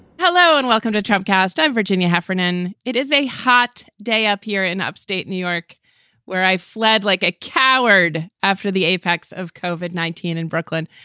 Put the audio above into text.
hello and welcome to trump cast, i'm virginia heffernan. it is a hot day up here in upstate new york where i fled like a coward after the apex of cauvin, nineteen, in brooklyn.